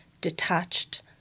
detached